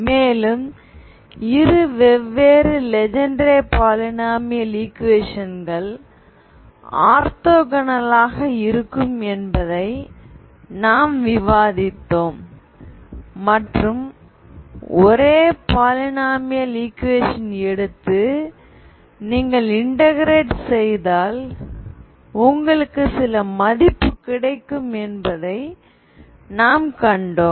மேலும் இரு வெவ்வேறு லெஜென்ட்ரே பாலினாமியல் ஈக்குவேஷன்கள் ஆர்தோகோனல் ஆக இருக்கும் என்பதை நாம் விவாதித்தோம் மற்றும் ஒரே பாலினாமியல் ஈக்குவேஷன் எடுத்து நீங்கள் இன்டெக்ரட் செய்தால் உங்களுக்கு சில மதிப்பு கிடைக்கும் என்பதை நாம் கண்டோம்